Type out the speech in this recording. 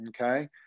okay